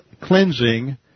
cleansing